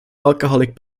alcoholic